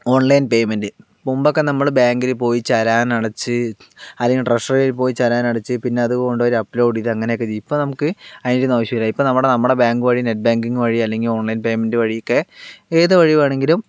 online payment മുമ്പോക്കെ നമ്മള് ബാങ്കില് പോയി ചലാനടച്ച് അല്ലെങ്കിൽ ട്രെഷറീ പോയി ചലാനടച്ച് പിന്നെ അത് കൊണ്ടോയിട്ട് അപ്ലോഡെയത് അങ്ങനോക്കെ ഇപ്പോൾ നമുക്ക് അതിന്റെയൊന്നും ആവശ്യമില്ല ഇപ്പോൾ നമ്മടെ നമ്മടെ ബാങ്ക് വഴി നെറ്റ് ബാങ്കിങ് വഴി അല്ലെങ്കിൽ ഓൺലൈൻ പേയ്മെൻറ്റ് വഴിയൊക്കെ ഏത് വഴി വേണെങ്കിലും